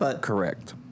Correct